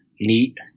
neat